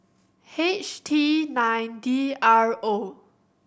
H T nine D R O